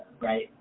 right